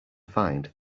find